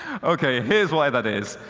okay. here's why that is.